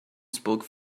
spoke